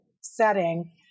setting